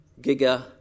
Giga